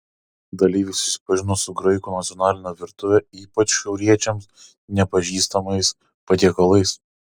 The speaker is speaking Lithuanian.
dalyviai susipažino su graikų nacionaline virtuve ypač šiauriečiams nepažįstamais patiekalais